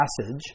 passage